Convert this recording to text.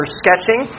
sketching